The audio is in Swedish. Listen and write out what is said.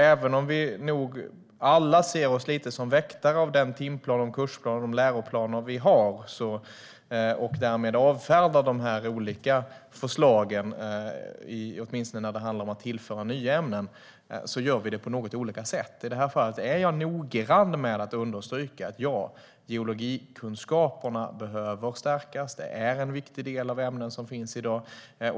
Även om vi alla ser oss som väktare av de timplaner, kursplaner och läroplaner som finns, och därmed avfärdar de olika förslagen, åtminstone när det handlar om att tillföra nya ämnen, gör vi det på något olika sätt. I det här fallet är jag noggrann med att understryka att geologikunskaperna behöver stärkas. Geologi är en viktig del av de ämnen som finns i dag.